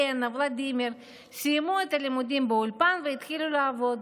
לנה וולדימיר סיימו את הלימודים באולפן והתחילו לעבוד,